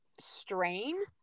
strain